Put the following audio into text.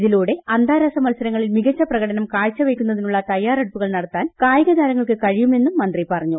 ഇതിലൂടെ അന്താരാഷ്ട്ര മത്സരങ്ങളിൽ മികച്ച പ്രകടനം കാഴ്ചവെയ്ക്കുന്നതിനുള്ള തയ്യാറെടുപ്പുകൾ നടത്താൻ കായിക താരങ്ങൾക്ക് കഴിയുമെന്നും മന്ത്രി പറഞ്ഞു